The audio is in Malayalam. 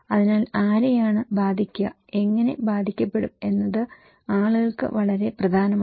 അതിനാൽ ആരെയാണ് ബാധിക്കുക എങ്ങനെ ബാധിക്കപ്പെടും എന്നത് ആളുകൾക്ക് വളരെ പ്രധാനമാണ്